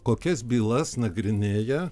kokias bylas nagrinėja